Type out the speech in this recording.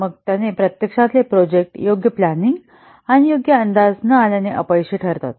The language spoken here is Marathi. मग प्रत्यक्षातले प्रोजेक्ट योग्य प्लँनिंग आणि योग्य अंदाज न आल्याने अपयशी ठरतात